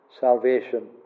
salvation